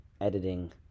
editing